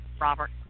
Robert